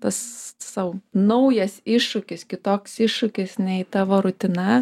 tas sau naujas iššūkis kitoks iššūkis nei tavo rutina